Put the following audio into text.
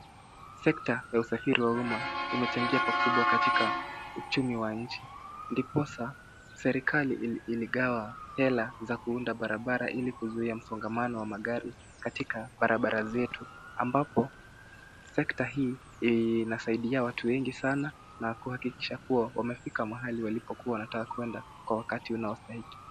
Sekta ya usafiri wa umma imechangia pakubwa katika uchumi wa nchi. Ndiposa serikali iligawa hela za kuunda barabara ili kuzuia msongamano wa magari katika barabara zetu, ambapo sekta hiyo inasaidia watu wengi sana na kuhakikisha kuwa wamefika mahali walipokuwa wanataka kuenda kwa wakati unaostahiki.